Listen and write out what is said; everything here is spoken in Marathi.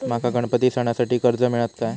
माका गणपती सणासाठी कर्ज मिळत काय?